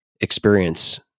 experience